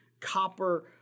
copper